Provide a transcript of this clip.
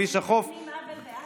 כמו היבה יזבק ובשארה,